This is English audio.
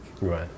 Right